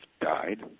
died